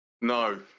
No